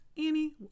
Annie